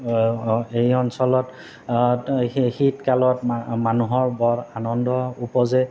এই অঞ্চলত শীতকালত মানুহৰ বৰ আনন্দ উপজে